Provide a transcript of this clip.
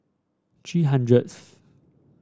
three hundredth